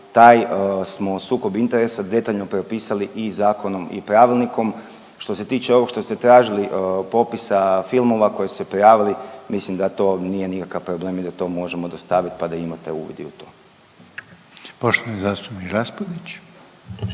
taj smo sukob interesa detaljno propisali i zakonom i pravilnikom. Što se tiče ovog što ste tražili popisa filmova koji su se prijavili, mislim da to nije nikakav problem i da to možemo dostavit pa da imate uvid i u to. **Reiner,